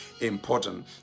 important